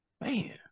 man